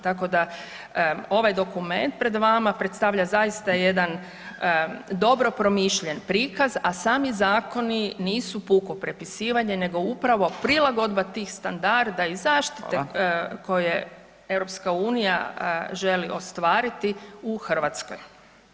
Tako da ovaj dokument pred vama predstavlja zaista jedan dobro promišljen prikaz a sami zakoni nisu puno prepisivanje nego upravo prilagodba tih standarda i zaštite koje EU želi ostvariti u Hrvatskoj.